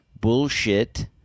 bullshit—